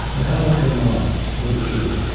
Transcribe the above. and how about your mom? what did she do?